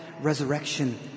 resurrection